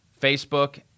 Facebook